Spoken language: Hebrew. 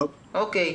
בסדר.